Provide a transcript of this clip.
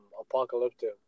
apocalyptic